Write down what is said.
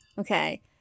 Okay